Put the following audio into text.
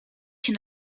się